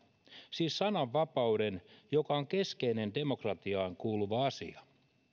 siis sananvapauden joka on keskeinen demokratiaan kuuluva asia